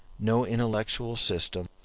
no intellectual system,